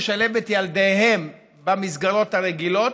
לשלב את ילדיהם במסגרות הרגילות,